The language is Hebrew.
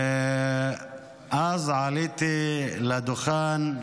אז עליתי לדוכן,